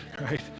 right